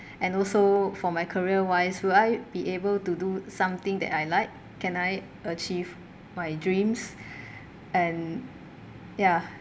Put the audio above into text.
and also for my career wise would I be able to do something that I like can I achieve my dreams and ya